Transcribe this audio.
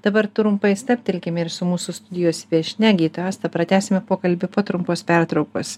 dabar trumpai stabtelkim ir su mūsų studijos viešnia gydytoja asta pratęsime pokalbį po trumpos pertraukos